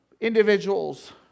individuals